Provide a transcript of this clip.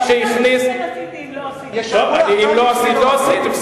אם לא עשית, לא עשית.